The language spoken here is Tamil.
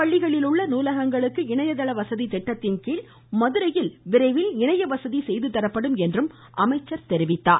பள்ளிகளில் உள்ள நூலகங்களுக்கு இணையதள வசதி திட்டத்தின்கீழ் மதுரையில் விரைவில் இணைய வசதி செய்து தரப்படும் என்றும் கூறினார்